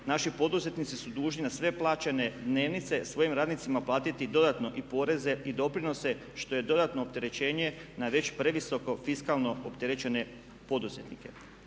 naši poduzetnici su dužni na sve plaćene dnevnice svojim radnicima platiti dodatno i poreze i doprinose što je dodatno opterećenje na već previsoko fiskalno opterećene poduzetnike.